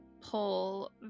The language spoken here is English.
pull